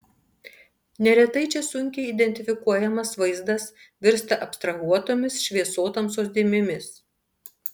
neretai čia sunkiai identifikuojamas vaizdas virsta abstrahuotomis šviesotamsos dėmėmis